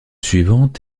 suivante